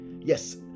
Yes